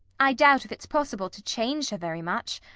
i doubt if it's possible to change her very much.